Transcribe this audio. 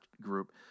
group